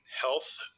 health